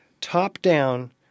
top-down